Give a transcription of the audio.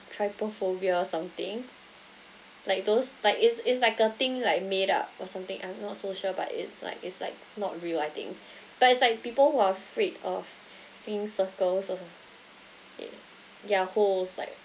trypophobia or something like those like it's it's like a thing like made up or something I'm not so sure but it's like it's like not real I think but it's like people who are afraid of seeing circles so like yea yeah holes like